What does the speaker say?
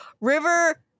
River